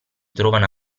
trovano